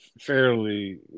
fairly